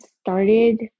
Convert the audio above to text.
started